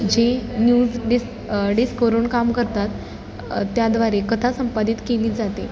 जे न्यूज डिस् डिस्कवरून काम करतात त्याद्वारे कथा संपादित केली जाते